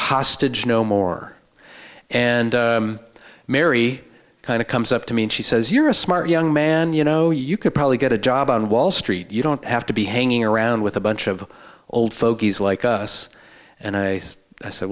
hostage no more and mary kind of comes up to me and she says you're a smart young man you know you could probably get a job on wall street you don't have to be hanging around with a bunch of old fogies like us and i said